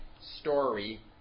story